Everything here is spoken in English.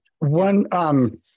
One